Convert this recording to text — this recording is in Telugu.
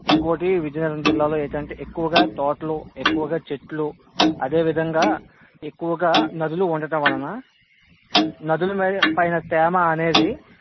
ఇంకోటి విజయనగరం జిల్లాలో ఏటంటే ఎక్కువగా తోటలు ఎక్కువగా చెట్లు అదే విధంగా ఎక్కువగా నదులు ఉండటం వలన నదుల నై పైన తేమ అనేది